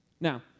now